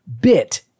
bit